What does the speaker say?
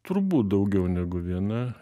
turbūt daugiau negu viena